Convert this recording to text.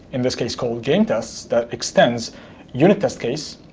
in this case called game tests, that extends unit test case,